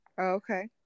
okay